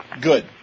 Good